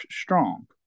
strong